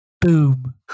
boom